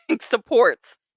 supports